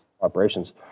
operations